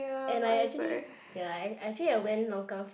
and I actually ya I actually went longkang fishing